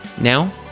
Now